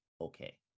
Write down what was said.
Okay